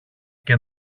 και